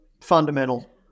fundamental